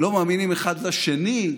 לא מאמינים אחד לשני,